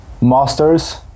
master's